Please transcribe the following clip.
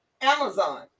Amazon